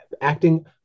acting